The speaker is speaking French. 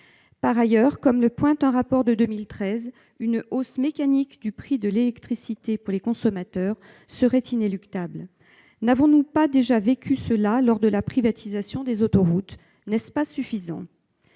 Par ailleurs, comme le pointe un rapport de 2013, une hausse mécanique du prix de l'électricité pour les consommateurs serait inéluctable. N'avons-nous pas déjà vécu cela lors de la privatisation des autoroutes ? N'est-ce pas suffisant ?